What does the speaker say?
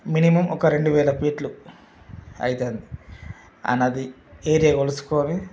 minimum ఒక రెండు వేల ఫీట్లు అయితుంది అండ్ అది వేరే కొలుచుకొని